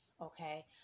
Okay